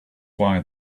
why